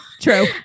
True